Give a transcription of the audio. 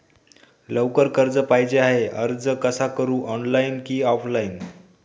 लवकर कर्ज पाहिजे आहे अर्ज कसा करु ऑनलाइन कि ऑफलाइन?